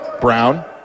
Brown